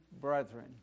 brethren